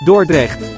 Dordrecht